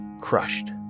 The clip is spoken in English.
crushed